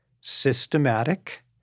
systematic